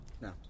No